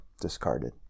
discarded